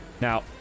Now